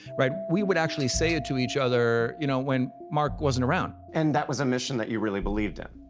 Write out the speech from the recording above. right? we would actually say it to each other, you know, when mark wasn't around. jacoby and that was a mission that you really believed in?